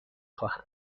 خواهم